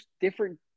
different